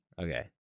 Okay